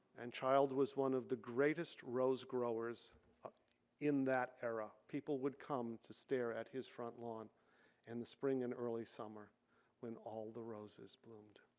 and child was one of the greatest rose growers in that era. people would come to stare at his front lawn in the spring and early summer when all the roses bloomed.